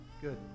Good